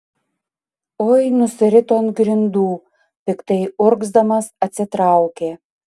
oi nusirito ant grindų piktai urgzdamas atsitraukė